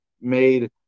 made